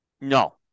No